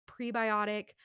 prebiotic